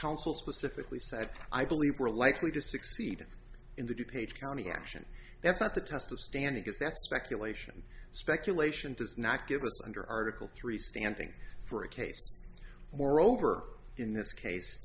counsel specifically said i believe we're likely to succeed in the du page county action that's not the test of standard is that speculation speculation does not give us under article three standing for a case moreover in this case